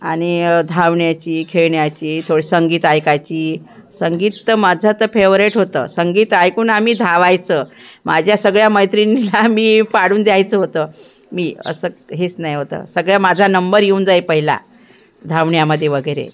आणि धावण्याची खेळण्याची थोडी संगीत ऐकायची संगीत तर माझं तर फेवरेट होतं संगीत ऐकून आम्ही धावायचं माझ्या सगळ्या मैत्रिणींला मी पाडून द्यायचं होतं मी असं हेच नाही होतं सगळा माझा णंबर येऊन जाई पहिला धावण्यामध्ये वगैरे